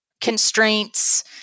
constraints